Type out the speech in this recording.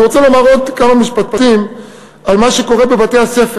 אני רוצה לומר עוד כמה משפטים על מה שקורה בבתי-הספר,